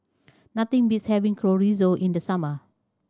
nothing beats having Chorizo in the summer